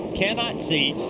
cannot see.